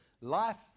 life